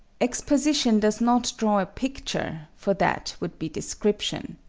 exposition does not draw a picture, for that would be description.